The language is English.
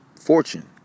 fortune